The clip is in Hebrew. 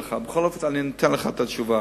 בכל אופן, אני נותן לך את התשובה.